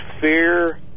fear